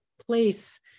place